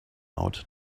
out